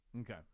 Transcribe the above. Okay